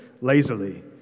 lazily